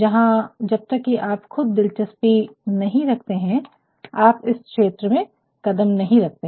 जहां जब तक कि आप खुद दिलचस्पी नहीं रखते हैं आप इस क्षेत्र में कदम नहीं रखते